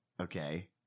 Okay